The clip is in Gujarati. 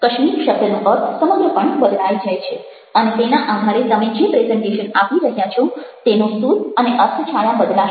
કશ્મીર શબ્દનો અર્થ સમગ્રપણે બદલાઈ જાય છે અને તેના આધારે તમે જે પ્રેઝન્ટેશન આપી રહ્યા છો તેનો સૂર અને અર્થ છાયા બદલાશે